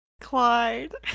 Clyde